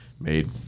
made